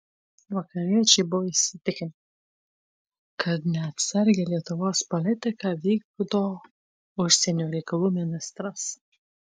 vakariečiai buvo įsitikinę kad neatsargią lietuvos politiką vykdo užsienio reikalų ministras